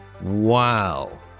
Wow